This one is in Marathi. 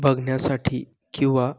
बघण्यासाठी किंवा